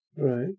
Right